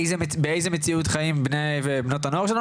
באיזה מציאות חיים בני ובנות הנוער שלנו.